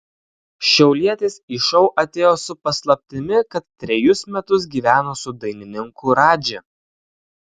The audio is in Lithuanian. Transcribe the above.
šiaulietis į šou atėjo su paslaptimi kad trejus metus gyveno su dainininku radži